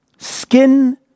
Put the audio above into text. Skin